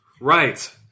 Right